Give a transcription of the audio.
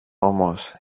όμως